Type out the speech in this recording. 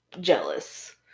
jealous